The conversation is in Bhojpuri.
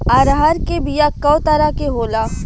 अरहर के बिया कौ तरह के होला?